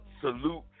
salute